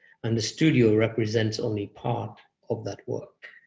and the studio represents only part of that work.